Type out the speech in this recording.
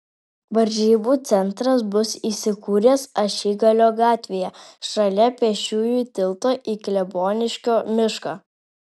varžybų centras bus įsikūręs ašigalio gatvėje šalia pėsčiųjų tilto į kleboniškio mišką